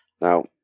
Now